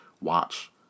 watch